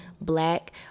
black